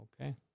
Okay